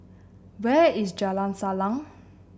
where is Jalan Salang